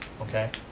okay?